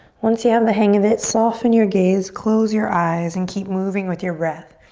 once you have the hang of it, soften your gaze, close your eyes and keep moving with your breath.